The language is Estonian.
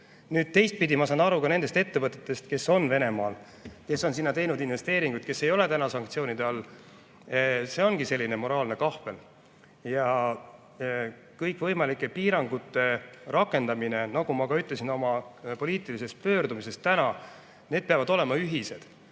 teistpidi ma saan aru ka nendest ettevõtjatest, kes on Venemaal, kes on sinna teinud investeeringuid ja kes ei ole täna sanktsioonide all. See ongi selline moraalne kahvel. Aga kõikvõimalike piirangute rakendamine, nagu ma ütlesin täna ka oma poliitilises pöördumises – need peavad olema ühised.